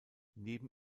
neben